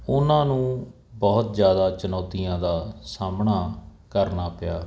ਉਹਨਾਂ ਨੂੰ ਬਹੁਤ ਜ਼ਿਆਦਾ ਚੁਣੌਤੀਆਂ ਦਾ ਸਾਹਮਣਾ ਕਰਨਾ ਪਿਆ